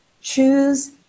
choose